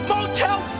Motel